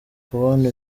kubona